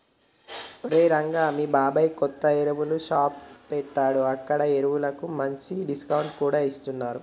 ఒరేయ్ రంగా మీ బాబాయ్ కొత్తగా ఎరువుల షాప్ పెట్టాడు అక్కడ ఎరువులకు మంచి డిస్కౌంట్ కూడా ఇస్తున్నరు